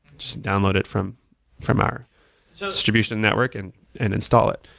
just download it from from our so distribution network and and install it.